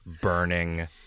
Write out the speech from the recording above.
burning